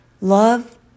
love